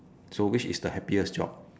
so which is the happiest job